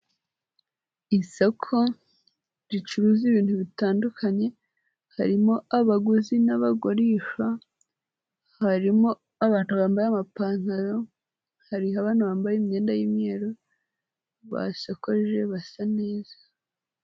Isoko ricuruza ibintu bitandukanye, harimo abaguzi n'abagurisha, harimo abantu bambaye amapantalo, hariho abantu bambaye imyenda y'imyeru, basokoje basa neza.